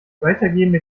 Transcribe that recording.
weitergehende